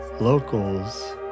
locals